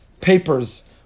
papers